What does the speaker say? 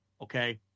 Okay